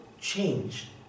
change